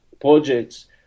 projects